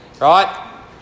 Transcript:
Right